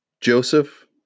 Joseph